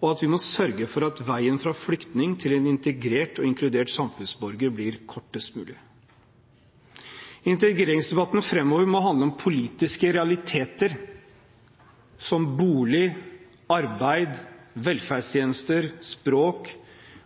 mulig. Integreringsdebatten framover må handle om politiske realiteter som bolig, arbeid, velferdstjenester, språk